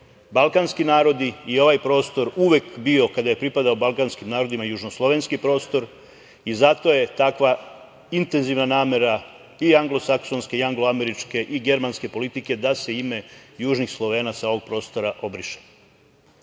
balkanski narodi i ovaj prostor uvek bio, kada je pripadao balkanskim narodima, južnoslovenski prostor i zato je takva intenzivna namera i anglosaksonske i angloameričke i germanske politike da se ime južnih Slovena sa ovog prostora obriše. Dakle,